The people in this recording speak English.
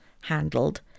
handled